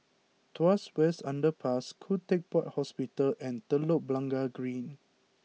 Tuas West Underpass Khoo Teck Puat Hospital and Telok Blangah Green